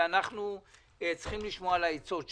ואנחנו צריכים לשמוע לעצות שלכם.